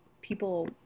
people